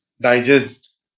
digest